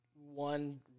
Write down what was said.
one